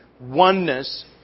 oneness